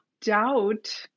doubt